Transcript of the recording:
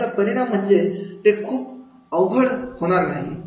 आणि याचा परिणाम म्हणजे ते खूप अवघड होणार नाही